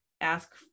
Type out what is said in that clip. ask